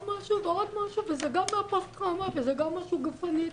משהו וזה גם בפוסט טראומה וזה גם משהו גופני,